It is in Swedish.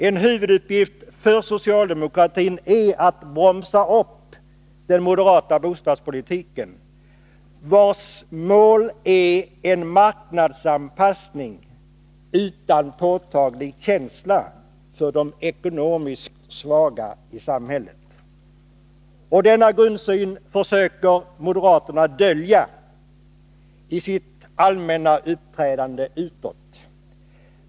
En huvuduppgift för socialdemokratin är att bromsa upp den moderata bostadspolitiken, vars mål är en marknadsanpassning utan påtaglig känsla för de ekonomiskt svaga i samhället. Denna grundsyn försöker moderaterna dölja i sitt allmänna uppträdande utåt.